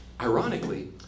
Ironically